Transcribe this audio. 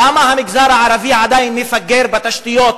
למה המגזר הערבי עדיין מפגר בתשתיות,